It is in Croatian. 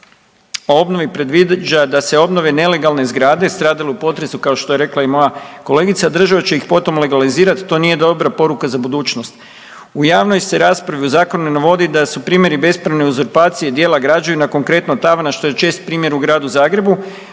o obnovi predviđa da se obnove nelegalne zgrade stradale u potresu kao što je rekla i moja kolegica, država će ih potom legalizirati, to nije dobra poruka za budućnost. U javnoj se raspravi u zakonu ne navodi da su primjeri bespravne uzurpacije dijela građevina konkretno tavana što je čest primjer u Gradu Zagrebu,